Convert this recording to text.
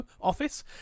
office